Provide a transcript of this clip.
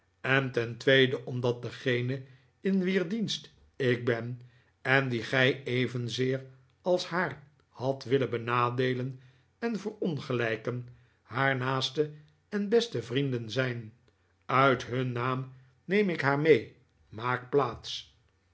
en ten tweede omdat degenen in wier dienst ik ben en die gij evenzeer als haar hadt willen benadeelen en verongelijken haar naaste en beste vrienden zijn uit hun naam neem ik haar fnee maak plaats